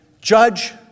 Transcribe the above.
judge